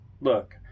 Look